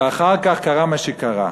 ואחר כך קרה מה שקרה.